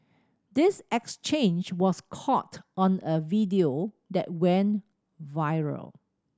this exchange was caught on a video that went viral